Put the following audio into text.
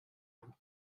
vous